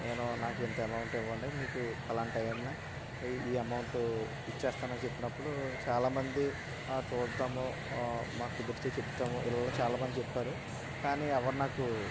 నేను నాకు ఇంత అమౌంట్ ఇవ్వండి మీకు పలానా టయానా ఈ అమౌంట్ ఇచ్చేస్తాను అని చెప్పినపుడు చాలా మంది ఆ చుద్దాము మాకు కుదిరితే చెప్తాము ఇళ్లిళ్ళా చాలా మంది చెప్పారు కానీ ఎవరు నాకు